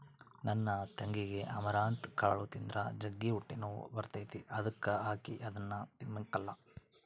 ನನ್ ತಂಗಿಗೆ ಅಮರಂತ್ ಕಾಳು ತಿಂದ್ರ ಜಗ್ಗಿ ಹೊಟ್ಟೆನೋವು ಬರ್ತತೆ ಅದುಕ ಆಕಿ ಅದುನ್ನ ತಿಂಬಕಲ್ಲ